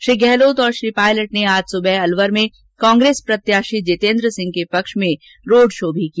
श्री गहलोत तथा श्री पायलट ने आज सुबह अलवर में कांग्रेस प्रत्याशी जितेन्द्र सिंह के पक्ष में रोड शो भी किया